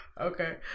okay